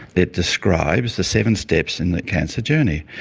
it describes the seven steps in the cancer journey.